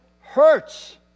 hurts